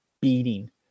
beating